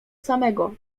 samego